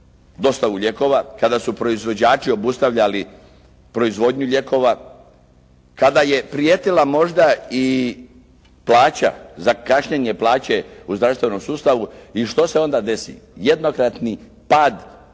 dostavu lijekova, kada su proizvođači obustavljali proizvodnju lijekova, kada je prijetila možda i plaća, za kašnjenje plaće u zdravstvenom sustavu i što se onda desi? Jednokratni pad